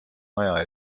maja